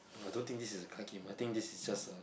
I don't think this is a card game I think this is just a